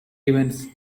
events